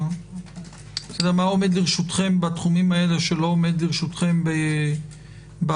מה עומד לרשותכם בתחומים האלה שלא עומד לרשותכם בשותפויות?